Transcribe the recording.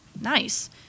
Nice